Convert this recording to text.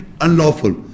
unlawful